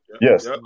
Yes